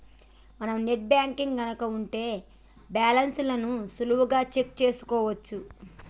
మనం net banking గనక ఉంటే బ్యాలెన్స్ ని సులువుగా చెక్ చేసుకోవచ్చు